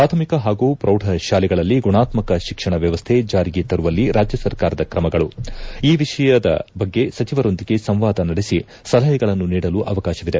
ಪ್ರಾಥಮಿಕ ಪಾಗೂ ಪ್ರೌಢ ಶಾಲೆಗಳಲ್ಲಿ ಗುಣಾತ್ಮಕ ಶಿಕ್ಷಣ ವ್ಯವಸ್ಥೆ ಜಾರಿಗೆ ತರುವಲ್ಲಿ ರಾಜ್ಯ ಸರಕಾರದ ಕ್ರಮಗಳು ಈ ವಿಷಯದ ಬಗ್ಗೆ ಸಚಿವರೊಂದಿಗೆ ಸಂವಾದ ನಡೆಸಿ ಸಲಹೆಗಳನ್ನು ನೀಡಲು ಅವಕಾಶವಿದೆ